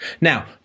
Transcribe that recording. Now